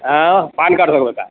ಹಾಂ PAN card ತಗೋಬೇಕಾ